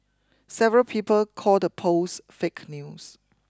several people called the post fake news